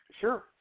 sure